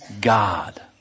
God